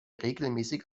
regelmäßig